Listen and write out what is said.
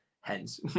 Hence